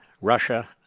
Russia